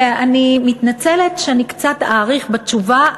ואני מתנצלת שאני קצת אאריך בתשובה,